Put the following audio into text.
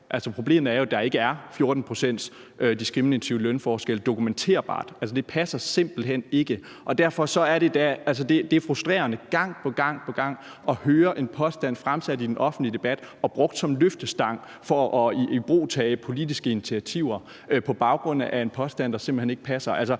dokumenterbart er en 14-procentsdiskriminativ lønforskel. Det passer simpelt hen ikke, og derfor er det frustrerende gang på gang at høre en påstand blive fremsat i den offentlige debat og blive brugt som løftestang for at ibrugtage politiske initiativer – på baggrund af en påstand, der simpelt